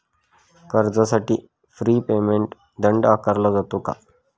कर्जासाठी prepayment दंड आकारला जातो का?